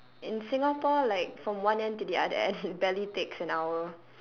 in singapore like from one end to the other end barely takes an hour